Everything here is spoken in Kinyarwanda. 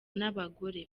n’abagore